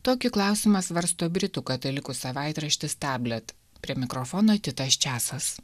tokį klausimą svarsto britų katalikų savaitraštis tablet prie mikrofono titas česas